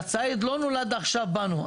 הציד לא נולד עכשיו בנו.